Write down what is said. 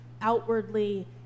outwardly